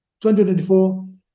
2024